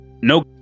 No